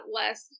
less